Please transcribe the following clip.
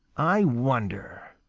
i wonder.